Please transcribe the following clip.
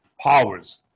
powers